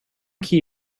key